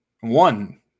One